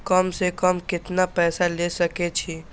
कम से कम केतना पैसा ले सके छी?